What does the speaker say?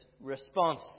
response